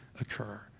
occur